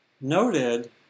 noted